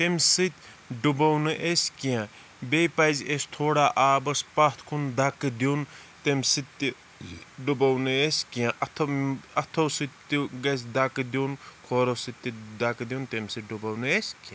تَمہِ سۭتۍ ڈُبو نہٕ أسۍ کیٚنٛہہ بیٚیہِ پَزِ اَسہِ تھوڑا آبَس پَتھ کُن دَکہٕ دیُن تَمہِ سۭتۍ تہِ ڈُبو نہٕ أسۍ کیٚنٛہہ تہٕ اَتھو سۭتۍ تہِ گژھِ دَکہٕ دیُن کھورو سۭتۍ تہِ دَکہٕ دیُن تَمہِ سۭتۍ ڈُبو نہٕ أسۍ کیٚنٛہہ